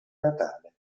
natale